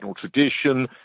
tradition